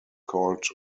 called